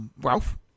Ralph